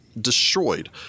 destroyed